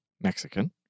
Mexican